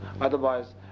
Otherwise